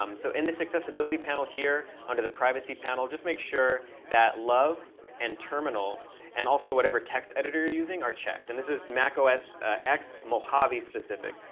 um so in this accessibility panel here, under the privacy panel, just make sure that and terminal and also whatever text editor you're using are checked. and this is mac os x mojave specific,